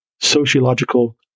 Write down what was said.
sociological